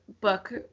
book